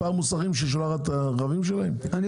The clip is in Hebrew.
שרונן צריך לדאוג להם --- לחברת הליסינג יש